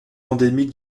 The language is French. endémique